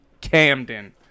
Camden